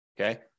Okay